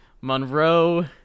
Monroe